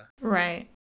Right